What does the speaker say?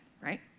right